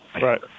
right